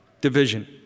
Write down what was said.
division